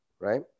right